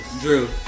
Drew